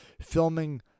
filming